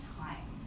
time